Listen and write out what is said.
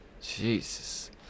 Jesus